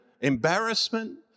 embarrassment